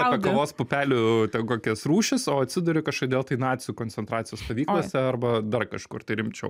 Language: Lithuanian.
apie kavos pupelių ten kokias rūšis o atsiduri kažkodėl tai nacių koncentracijos stovyklose arba dar kažkur tai rimčiau